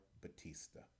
Batista